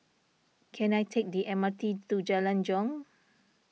can I take the M R T to Jalan Jong